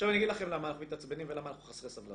עכשיו אני אגיד לכם למה אנחנו מתעצבנים ולמה אנחנו חסרי סבלנות.